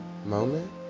moment